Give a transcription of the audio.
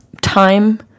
time